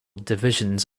divisions